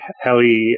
heli